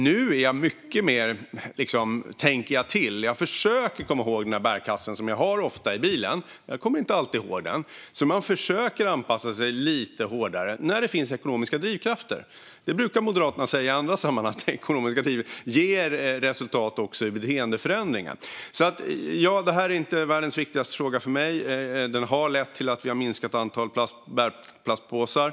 Nu tänker jag till; jag försöker komma ihåg bärkassen som ofta finns i bilen, men jag kommer inte alltid ihåg den. Man försöker anpassa sig lite hårdare när det finns ekonomiska drivkrafter, och Moderaterna brukar ju i andra sammanhang säga att ekonomiska drivkrafter ger resultat också i beteendeförändringar. Det här är inte världens viktigaste fråga för mig, men den har lett till att det finns ett minskat antal bärplastpåsar.